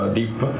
deep